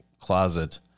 closet